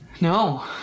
No